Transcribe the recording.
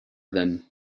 them